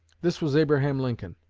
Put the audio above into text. this was abraham lincoln,